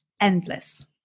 endless